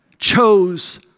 chose